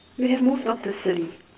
we have moved on to silly